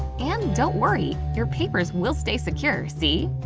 and don't worry, your papers will stay secure, see?